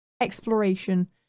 exploration